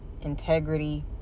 integrity